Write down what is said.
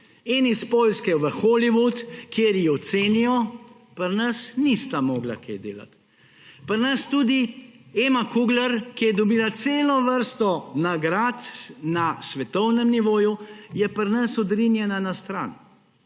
in iz Poljske v Hollywood, kjer ju cenijo. Pri nas nista mogla delati. Tudi Ema Kugler, ki je dobila celo vrsto nagrad na svetovnem nivoju, je pri nas odrinjena na stran.